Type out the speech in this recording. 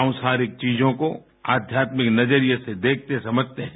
सांसारिक चीजों को आध्यात्मिक नजरिए से देखते समझते हैं